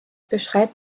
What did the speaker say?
beschreibt